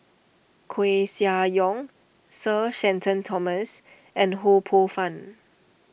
Koeh Sia Yong Sir Shenton Thomas and Ho Poh Fun